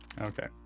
Okay